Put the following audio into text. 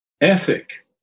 ethic